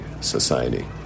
society